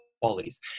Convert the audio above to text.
qualities